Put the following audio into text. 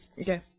Okay